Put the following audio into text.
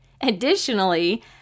Additionally